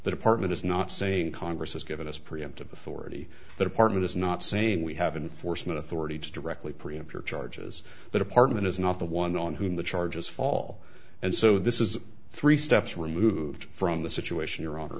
the department is not saying congress has given us preemptive authority that apartment is not saying we have in force in authority to directly preempt your charges the department is not the one on whom the charges fall and so this is three steps removed from the situation your hon